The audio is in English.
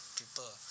people